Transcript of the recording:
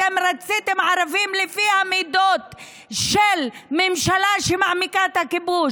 אתם רציתם ערבים לפי המידות של ממשלה שמעמיקה את הכיבוש.